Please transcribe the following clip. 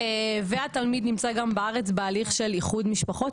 והתלמיד נמצא גם בארץ בהליך של איחוד משפחות,